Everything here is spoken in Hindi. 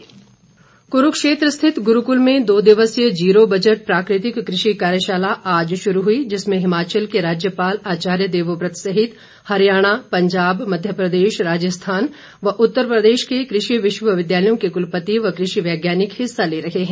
कार्यशाला कुरूक्षेत्र स्थित गुरूकुल में दो दिवसीय जीरो बजट प्राकृतिक कृषि कार्यशाला आज शुरू हुई जिसमें हिमाचल के राज्यपाल आचार्य देवव्रत सहित हरियाणा पंजाब मध्य प्रदेश राजस्थान व उत्तर प्रदेश के कृषि विश्वविद्यालयों के कुलपति व कृषि वैज्ञानिक हिस्सा ले रहे हैं